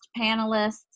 panelists